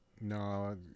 No